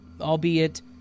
albeit